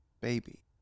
Baby